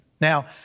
Now